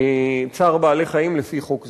צער בעלי-חיים לפי חוק זה.